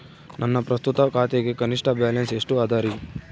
ನನ್ನ ಪ್ರಸ್ತುತ ಖಾತೆಗೆ ಕನಿಷ್ಠ ಬ್ಯಾಲೆನ್ಸ್ ಎಷ್ಟು ಅದರಿ?